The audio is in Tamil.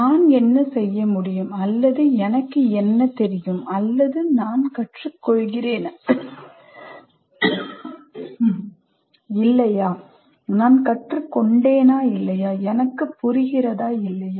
நான் என்ன செய்ய முடியும் அல்லது எனக்கு என்ன தெரியும் அல்லது நான் கற்றுக்கொள்கிறேனா இல்லையா நான் கற்றுக்கொண்டேனா இல்லையா எனக்கு புரிகிறதா இல்லையா